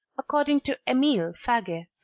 according to emile faguet.